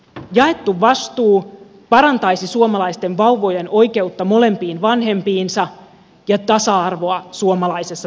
jaettu vastuu parantaisi suomalaisten vauvojen oikeutta molempiin vanhempiinsa ja tasa arvoa suomalaisessa työelämässä